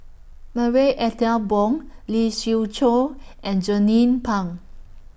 Marie Ethel Bong Lee Siew Choh and Jernnine Pang